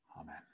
Amen